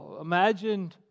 imagine